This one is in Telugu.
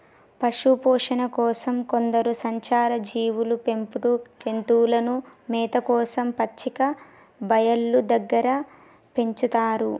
పశుపోషణ కోసం కొందరు సంచార జీవులు పెంపుడు జంతువులను మేత కోసం పచ్చిక బయళ్ళు దగ్గర పెంచుతారు